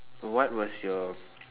what was your